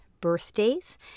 birthdays